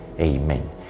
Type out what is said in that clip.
amen